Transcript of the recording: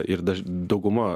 ir daž dauguma